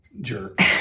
jerk